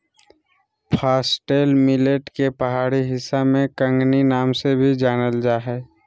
foxtail millet के पहाड़ी हिस्सा में कंगनी नाम से भी जानल जा हइ